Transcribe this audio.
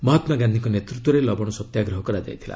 ମହାତ୍ମାଗାନ୍ଧିଙ୍କ ନେତୃତ୍ୱରେ ଲବଣ ସତ୍ୟାଗ୍ରହ କରାଯାଇଥିଲା